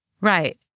Right